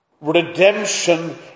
Redemption